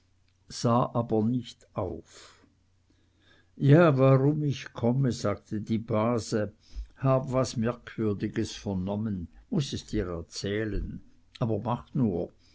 sah aber nicht auf ja warum ich komme sagte die base habe was merkwürdiges vernommen muß es dir erzählen aber mach nur